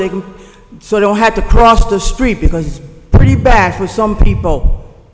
they can so i don't have to cross the street because it's pretty bad for some people